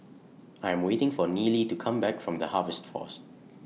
I'm waiting For Nealy to Come Back from The Harvest Force